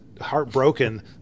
heartbroken